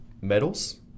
medals